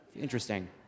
Interesting